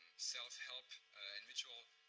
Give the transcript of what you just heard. self-help, and mutual